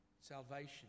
salvation